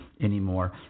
anymore